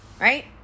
right